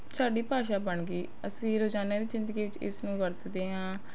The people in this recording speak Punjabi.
ਸਾਡੀ ਭਾਸ਼ਾ ਬਣ ਗਈ ਅਸੀਂ ਰੋਜ਼ਾਨਾ ਦੀ ਜ਼ਿੰਦਗੀ ਵਿੱਚ ਇਸਨੂੰ ਵਰਤਦੇ ਹਾਂ